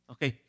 Okay